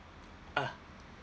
ah